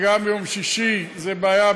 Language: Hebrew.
וגם ביום שישי זו בעיה,